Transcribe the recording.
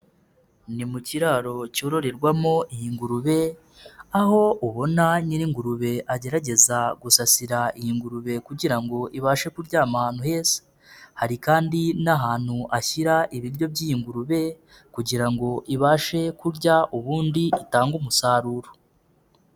Ni mu kiraro cyororerwamo iyi ngurube, aho ubona nyir'ingurube agerageza gusasira iyi ngurube kugira ngo ibashe kuryama ahantu heza, hari kandi n'ahantu ashyira ibiryo by'iyi ngurube kugira ngo ibashe kurya ubundi itange umusaruro.